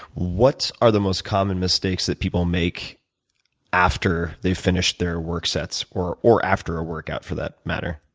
what are the most common mistakes that people make after they finish their work sets, or or after a workout for that matter?